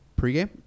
pregame